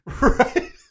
Right